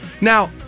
Now